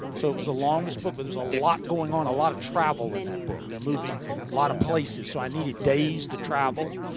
so it was the longest book, but there's a lot going on. a lot of travel in that book. they're moving a lot of places, so i needed days to travel.